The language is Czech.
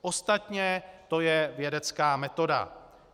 Ostatně to je vědecká metoda.